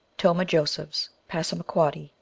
tomah josephs, passamaquoddy,